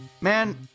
man